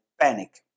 panic